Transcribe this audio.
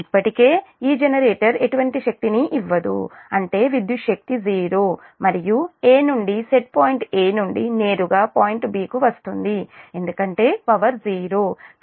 ఇప్పటికే ఈ జనరేటర్ ఎటువంటి శక్తిని ఇవ్వదు అంటే విద్యుత్ శక్తి 0 మరియు 'a' నుండి సెట్ పాయింట్ 'a' నుండి నేరుగా పాయింట్ 'b' కు వస్తుంది ఎందుకంటే పవర్ 0